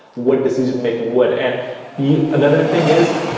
what decision making what. and you, another thing is,